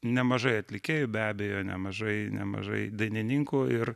nemažai atlikėjų be abejo nemažai nemažai dainininkų ir